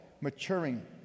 maturing